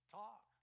talk